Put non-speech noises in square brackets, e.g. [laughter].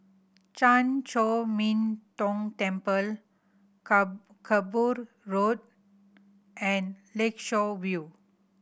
Chan Chor Min Tong Temple [unintelligible] Kerbau Road and Lakeshore View